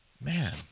Man